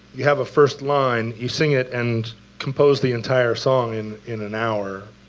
you have a first line, you sing it and compose the entire song and in an hour,